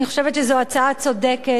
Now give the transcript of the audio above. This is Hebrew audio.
אני חושבת שזאת הצעה צודקת.